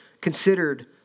considered